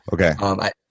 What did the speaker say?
Okay